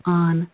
on